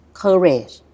courage